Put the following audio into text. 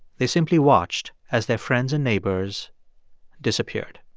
they simply watched as their friends and neighbors disappeared.